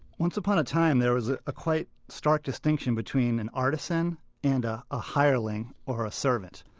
once upon a time, there was a a quite stark distinction between an artisan and a hireling, or a servant.